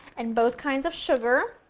and both kinds of sugar.